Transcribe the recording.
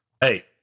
Hey